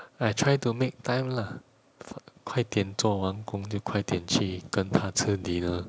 I try to make time lah fa~ 快点做完工就快点去跟她吃 dinner